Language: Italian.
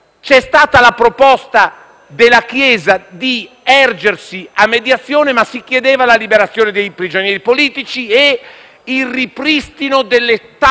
C'è stata la proposta della Chiesa di ergersi a mediatrice, ma si chiedeva la liberazione dei prigionieri politici e il ripristino delle tappe